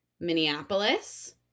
Minneapolis